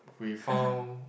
we found